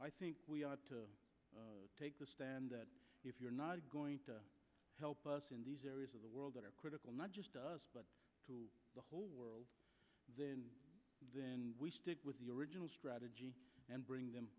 i think we ought to take the stand if you're not going to help us in these areas of the world that are critical not just us but to the whole world and then we stick with the original strategy and bring them